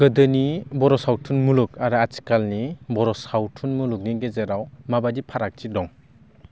गोदोनि बर' सावथुन मुलुग आरो आथिखालनि बर' सावथुन मुलुगनि गेजेराव माबायदि फारगथि दं